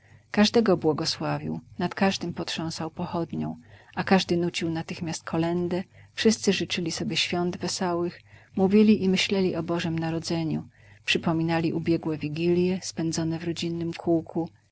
każdego błogosławił nad każdym potrząsał pochodnią a każdy nucił natychmiast kolędę wszyscy życzyli sobie świąt wesołych mówili i myśleli o bożem narodzeniu przypominali ubiegłe wigilje spędzone w rodzinnem kółku